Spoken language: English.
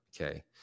okay